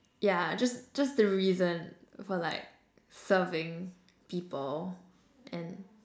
yeah just just the reason for like serving people and